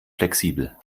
flexibel